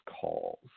calls